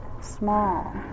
small